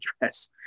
address